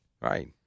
Right